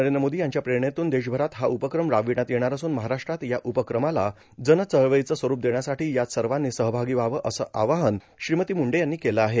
नरेंद्र मोदी यांच्या प्रेरणेतून देशभरात हा उपक्रम राबविण्यात येणार असून महाराष्ट्रात या उपक्रमाला जनचळवळीचं स्वठप देण्यासाठी यात सर्वानी सहभागी व्हावं असं आवाहन श्रीमती म्रंडे यांनी केलं आहे